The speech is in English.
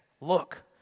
Look